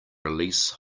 release